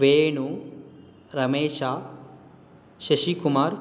Venu Ramesha Shashikumar